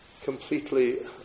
completely